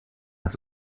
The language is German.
das